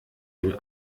dem